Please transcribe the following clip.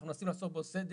אנחנו מנסים לעשות פה סדר.